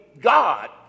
God